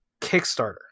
Kickstarter